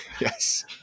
Yes